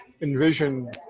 envision